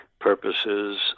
purposes